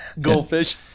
Goldfish